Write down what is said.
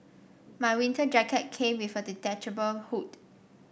my winter jacket came with a detachable hood